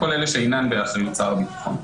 כל אלה שאינן באחריות שר הביטחון,